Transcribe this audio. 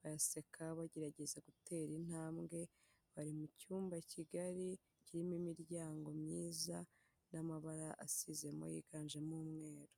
baraseka bagerageza gutera intambwe, bari mu cyumba kigari, kirimo imiryango myiza, n'amabara asizemo yiganjemo umweru.